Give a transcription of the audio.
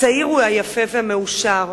הצעיר הוא היפה והמאושר.